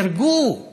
נהרגו